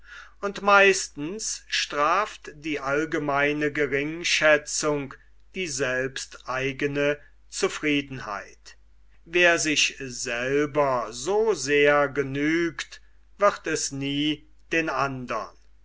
und meistens straft die allgemeine geringschätzung die selbsteigene zufriedenheit wer sich selber so sehr genügt wird es nie den andern